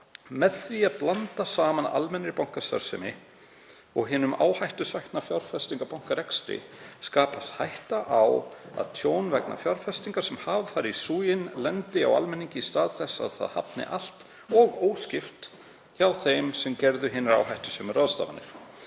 „Með því að blanda saman almennri bankastarfsemi og hinum áhættusækna fjárfestingarbankarekstri skapast hætta á að tjón vegna fjárfestinga sem farið hafa í súginn lendi á almenningi í stað þess að það hafni allt og óskipt hjá þeim sem gerðu hinar áhættusömu ráðstafanir.